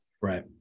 Right